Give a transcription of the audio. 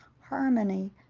harmony